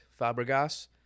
Fabregas